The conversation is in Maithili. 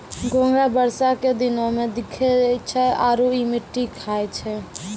घोंघा बरसा के दिनोॅ में दिखै छै आरो इ मिट्टी खाय छै